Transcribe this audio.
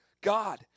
God